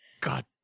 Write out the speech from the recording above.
God